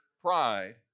pride